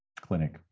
clinic